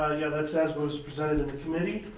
yeah, that's as was presented in the committee.